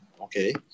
okay